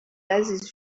عزیز